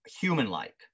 human-like